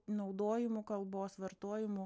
naudojimu kalbos vartojimu